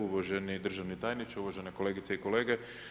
Uvaženi državni tajniče, uvažene kolegice i kolege.